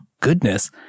goodness